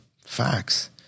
Facts